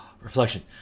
reflection